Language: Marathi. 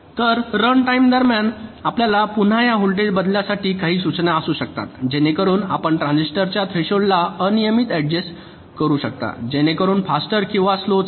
तर रन टाइम दरम्यान आपल्याला पुन्हा या व्होल्टेज बदलण्यासाठी काही सूचना असू शकतात जेणेकरून आपण ट्रांजिस्टरच्या थ्रेशोल्डला अनियमित अड्जस्ट करू शकता जेणेकरून फास्टर किंवा स्लोव चालवा